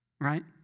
Right